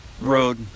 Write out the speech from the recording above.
road